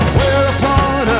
Whereupon